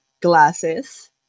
glasses